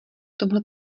tomhle